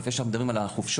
לפני שאנחנו מדברים על החופשות,